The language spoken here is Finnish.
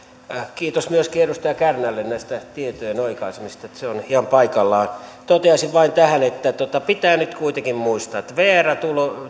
kiitos myöskin edustaja kärnälle tietojen oikaisemisesta se on ihan paikallaan toteaisin vain tähän että pitää nyt kuitenkin muistaa että vrn